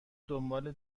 دنبال